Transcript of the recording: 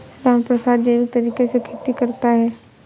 रामप्रसाद जैविक तरीके से खेती करता है